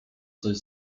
coś